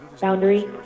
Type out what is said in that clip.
Boundary